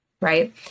right